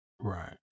Right